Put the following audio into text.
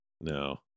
No